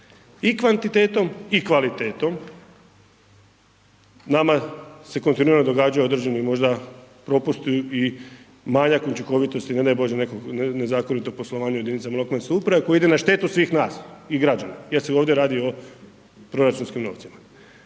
i kvantitetom i kvalitetom, nama se kontinuirano događaju određeni možda propusti i manjak učinkovitosti ne daj bože nekog nezakonitog poslovanja u jedinicama lokalne samouprave koji ide na štetu svih nas i građana, jer se ovdje radi o proračunskim novcima.